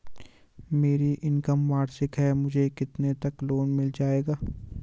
मेरी इनकम वार्षिक है मुझे कितने तक लोन मिल जाएगा?